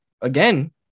again